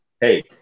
hey